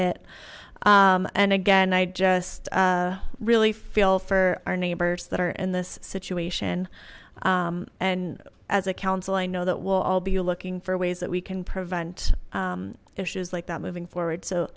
it and again i just really feel for our neighbors that are in this situation and as a council i know that we'll all be looking for ways that we can prevent issues like that moving forward so